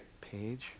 Page